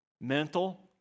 mental